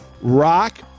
Rock